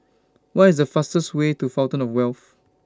What IS The fastest Way to Fountain of Wealth